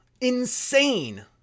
Insane